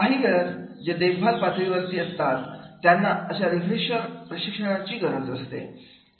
काहीवेळाजे देखभाल पातळीवरती असतात त्यांनाअशा रिफ्रेशर प्रशिक्षणाची गरज असते